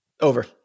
Over